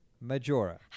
majora